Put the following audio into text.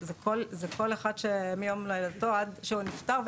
זה כל אחד מיום לידתו ועד שהוא נפטר,